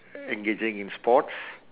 engaging in sports